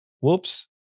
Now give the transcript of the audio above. whoops